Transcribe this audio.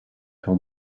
sur